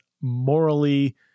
morally